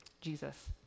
Jesus